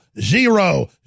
zero